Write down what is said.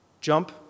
jump